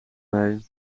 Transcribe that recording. mee